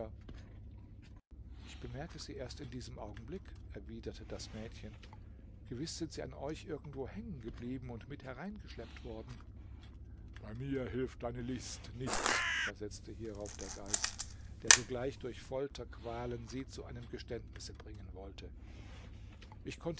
ich bemerke sie erst in diesem augenblick erwiderte das mädchen gewiß sind sie an euch irgendwo hängen geblieben und mit hereingeschleppt worden bei mir hilft deine list nichts versetzte hierauf der geist der sogleich durch folterqualen sie zu einem geständnisse bringen wollte